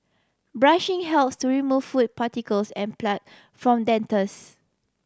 brushing helps to remove food particles and plan from dentures